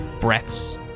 breaths